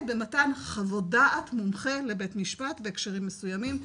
במתן חוות דעת מומחה לבית משפט בהקשרים מסוימים,